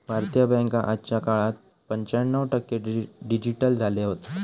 भारतीय बॅन्का आजच्या काळात पंच्याण्णव टक्के डिजिटल झाले हत